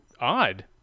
odd